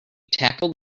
tackled